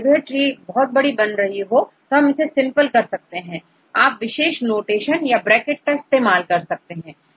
यदि यह ट्री बहुत बड़ी बन रही हो तो आप इसे सिंपल कर सकते हैं आप विशेष नोटेशन जैसे ब्रैकेट आदि का इस्तेमाल कर सकते हैं